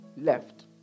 left